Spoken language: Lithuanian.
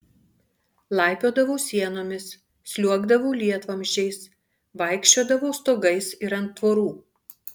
laipiodavau sienomis sliuogdavau lietvamzdžiais vaikščiodavau stogais ir ant tvorų